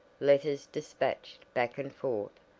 letters dispatched back and forth,